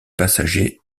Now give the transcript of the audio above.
passagers